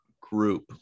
group